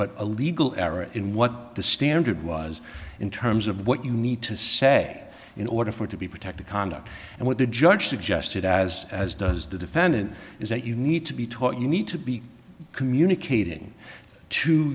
but a legal error in what the standard was in terms of what you need to say in order for it to be protected conduct and what the judge suggested as as does the defendant is that you need to be taught you need to be communicating to